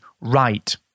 right